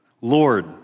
Lord